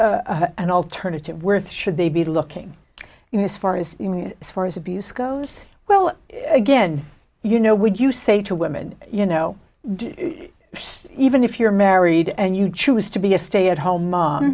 an alternative worth should they be looking you know as far as you know as far as abuse goes well again you know would you say to women you know even if you're married and you choose to be a stay at home mom